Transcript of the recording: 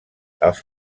els